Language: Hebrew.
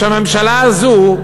שהממשלה הזו,